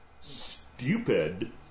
stupid